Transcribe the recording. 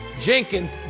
Jenkins